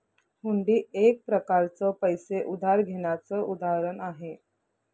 हुंडी एक प्रकारच पैसे उधार घेण्याचं उदाहरण आहे